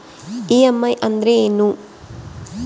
EMI ಅಂದ್ರೇನು?